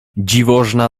dziwożona